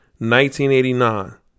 1989